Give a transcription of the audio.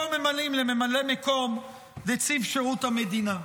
אותו ממנים לממלא מקום נציב שירות המדינה.